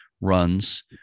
runs